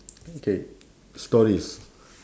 okay stories